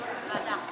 ועדה.